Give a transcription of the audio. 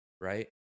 right